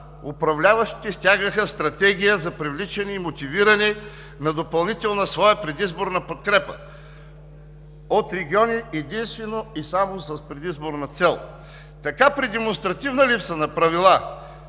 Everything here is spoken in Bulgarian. управляващите стягаха стратегии за привличане и мотивиране на допълнителна своя предизборна подкрепа от регионите единствено и само с предизборна цел. Така при демонстративна липса на правила